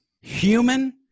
human